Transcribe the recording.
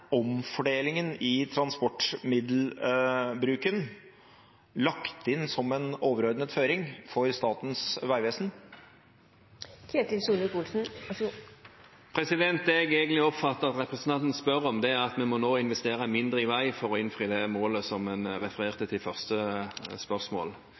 omfordelingen i transportmiddelbruken lagt inn som en overordnet føring for Statens vegvesen? Det jeg oppfatter at representanten egentlig spør om, er at vi nå må investere mindre i vei for å innfri det målet som en refererte til i første spørsmål.